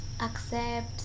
accept